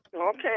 Okay